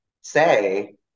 say